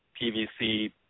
PVC